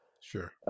Sure